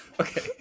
okay